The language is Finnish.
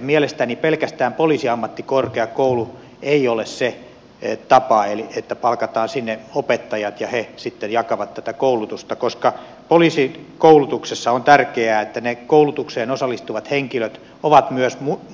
mielestäni pelkästään poliisiammattikorkeakoulu ei ole se tapa eli että palkataan sinne opettajat ja he sitten jakavat tätä koulutusta koska poliisikoulutuksessa on tärkeää että ne koulutukseen osallistuvat henkilöt ovat